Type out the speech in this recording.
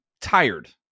tired